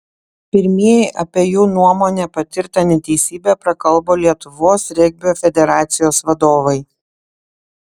pirmieji apie jų nuomone patirtą neteisybę prakalbo lietuvos regbio federacijos vadovai